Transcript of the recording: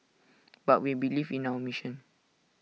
but we believe in our mission